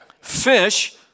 Fish